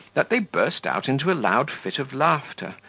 that they burst out into a loud fit of laughter,